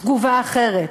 תגובה אחרת: